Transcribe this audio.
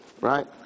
right